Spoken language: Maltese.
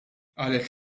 qalet